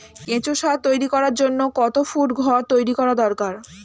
কেঁচো সার তৈরি করার জন্য কত ফুট ঘর তৈরি করা দরকার?